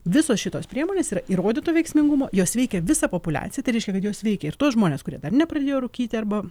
visos šitos priemonės yra įrodyto veiksmingumo jos veikia visą populiaciją tai reiškia kad jos veikia ir tuos žmones kurie dar nepradėjo rūkyti arba